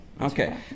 Okay